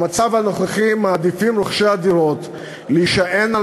במצב הנוכחי מעדיפים רוכשי הדירות להישען על